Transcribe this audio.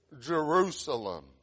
Jerusalem